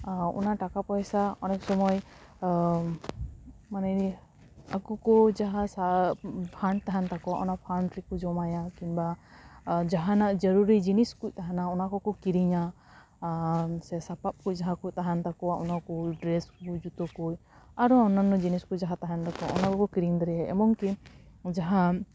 ᱟᱨ ᱚᱱᱟ ᱴᱟᱠᱟ ᱯᱚᱭᱥᱟ ᱚᱱᱮᱠ ᱥᱚᱢᱚᱭ ᱢᱟᱱᱮ ᱟᱠᱚ ᱠᱚ ᱡᱟᱦᱟᱸ ᱥᱟᱵ ᱯᱷᱟᱸᱰ ᱛᱟᱦᱮᱱ ᱛᱟᱠᱚᱣᱟ ᱚᱱᱟ ᱯᱷᱟᱸᱰ ᱨᱮᱠᱚ ᱡᱚᱢᱟᱭᱟ ᱠᱤᱝᱵᱟ ᱡᱟᱦᱟᱱᱟᱜ ᱡᱚᱨᱩᱨᱤ ᱡᱤᱱᱤᱥ ᱠᱚ ᱛᱟᱦᱮᱱᱟ ᱚᱱᱟ ᱠᱚᱠᱚ ᱠᱤᱨᱤᱧᱟ ᱟᱨ ᱥᱮ ᱥᱟᱯᱟᱵ ᱠᱚ ᱡᱟᱦᱟᱸ ᱠᱚ ᱛᱟᱦᱮᱱ ᱛᱟᱠᱚᱣᱟ ᱚᱱᱟ ᱠᱚ ᱰᱨᱮᱹᱥ ᱠᱚ ᱡᱩᱛᱟᱹ ᱠᱚ ᱟᱨᱚ ᱚᱱᱱᱟᱱᱱᱚ ᱡᱤᱱᱤᱥ ᱠᱚ ᱡᱟᱦᱟᱸ ᱛᱟᱦᱮᱱ ᱛᱟᱠᱚᱣᱟ ᱚᱱᱟ ᱠᱚᱠᱚ ᱠᱤᱨᱤᱧ ᱫᱟᱲᱮᱭᱟᱜᱼᱟ ᱮᱵᱚᱝᱠᱤ ᱡᱟᱦᱟᱸ